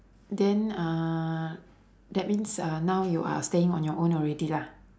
then uh that means uh now you are staying on your own already lah